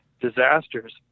disasters